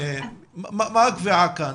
מה הקביעה כאן?